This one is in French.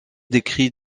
décrit